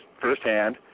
firsthand